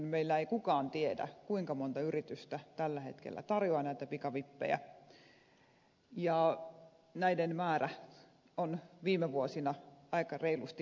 meillä ei kukaan tiedä kuinka monta yritystä tällä hetkellä tarjoaa näitä pikavippejä ja näiden määrä on viime vuosina aika reilusti lisääntynyt